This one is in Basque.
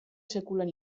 sekulan